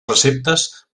receptes